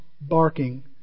barking